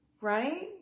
right